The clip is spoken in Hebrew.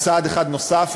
הוא צעד אחד נוסף,